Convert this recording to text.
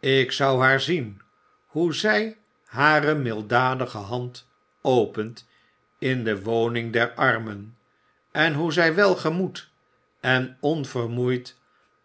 ik zou haar zien hoe zij hare milddadige hand opent in de woningen der armen en hoe zij welgemoed en onvermoeid